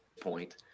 point